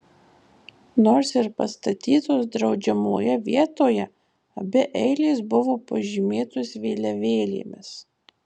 nors ir pastatytos draudžiamoje vietoje abi eilės buvo pažymėtos vėliavėlėmis